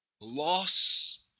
Loss